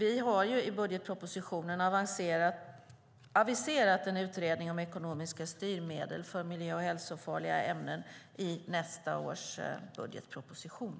I budgetpropositionen har vi aviserat en utredning om ekonomiska styrmedel för miljö och hälsofarliga ämnen i nästa års budgetproposition.